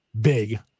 big